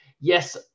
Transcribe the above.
Yes